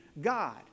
God